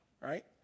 right